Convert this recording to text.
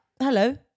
Hello